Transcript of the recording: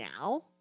now